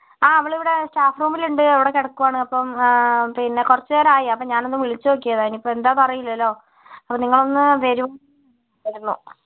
ആ അവളിവിടെ സ്റ്റാഫ് റൂമിലുണ്ട് ഇവിടെ കിടക്കുവാണ് അപ്പം പിന്നെ കുറച്ച് നേരം ആയി ഞാനൊന്ന് വിളിച്ചു നോക്കിയതാണ് ഇനി ഇപ്പോൾ എന്താണെന്ന് അറിയില്ലല്ലോ അപ്പോൾ നിങ്ങള് ഒന്ന് വരൂ